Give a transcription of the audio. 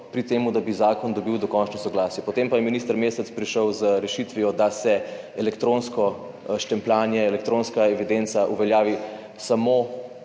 pri tem, da bi zakon dobil dokončno soglasje. Potem pa je minister Mesec prišel z rešitvijo, da se elektronsko štempljanje, elektronska evidenca uveljavi samo